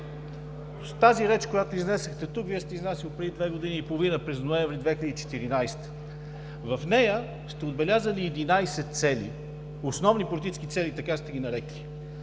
тази реч, която изнесохте, Вие сте изнасял тук преди две години и половина – през ноември 2014 г. В нея сте отбелязали 11 цели. „Основни политически цели“, така сте ги нарекли.